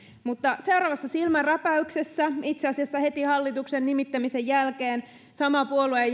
mutta seuraavassa silmänräpäyksessä itse asiassa heti hallituksen nimittämisen jälkeen sama puolue